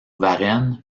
varenne